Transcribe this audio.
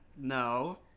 No